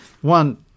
One